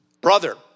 Brother